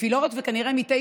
לא הבנו.